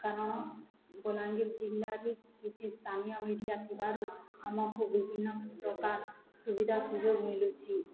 କାରଣ ବଲାଙ୍ଗୀର ଜିଲ୍ଲାରେ କିଛି ସ୍ଥାନୀୟ ମିଡ଼ିଆ ଥିବାରୁ ଆମକୁ ବିଭିନ୍ନ ପ୍ରକାର ସୁବିଧା ସୁଯୋଗ ମିଳୁଛି